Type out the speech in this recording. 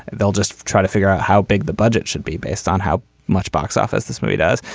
they'll just try to figure out how big the budget should be based on how much box office this movie does.